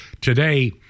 today